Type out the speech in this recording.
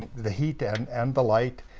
the heat and and the light.